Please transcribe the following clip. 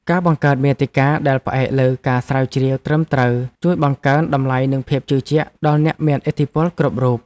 ការបង្កើតមាតិកាដែលផ្អែកលើការស្រាវជ្រាវត្រឹមត្រូវជួយបង្កើនតម្លៃនិងភាពជឿជាក់ដល់អ្នកមានឥទ្ធិពលគ្រប់រូប។